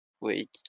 Wait